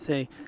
Say